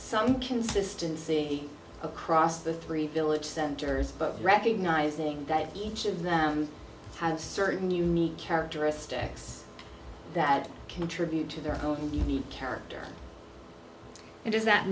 some consistency across the three village centers but recognizing that each of them has certain unique characteristics that contribute to their own unique character and does that